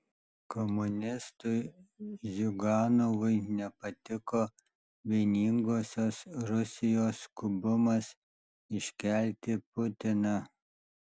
komunistui ziuganovui nepatiko vieningosios rusijos skubumas iškelti putiną